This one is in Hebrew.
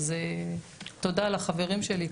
תודה לחברים שלי כאן.